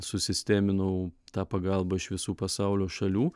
susisteminau tą pagalbą iš visų pasaulio šalių